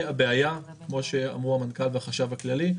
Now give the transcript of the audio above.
הבעיה, כמו שאמרו המנכ"ל והחשב הכללי,